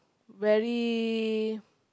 very